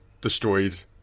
destroyed